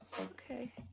Okay